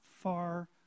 far